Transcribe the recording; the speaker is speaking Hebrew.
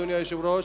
אדוני היושב-ראש,